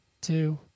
two